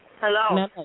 Hello